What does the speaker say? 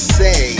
say